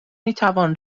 میتوان